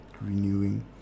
renewing